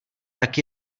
tak